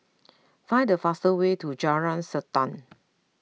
find the fastest way to Jalan Srantan